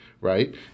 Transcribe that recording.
right